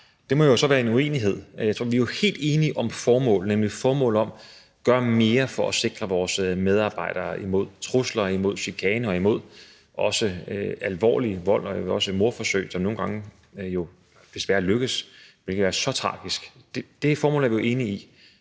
grundlæggende har en uenighed. Vi er jo helt enige om formålet, nemlig formålet om at gøre mere for at sikre vores medarbejdere mod trusler, mod chikane og mod alvorlig vold og også mordforsøg, som jo nogle gange desværre lykkes, hvilket er så tragisk. Det formål er vi jo enige i.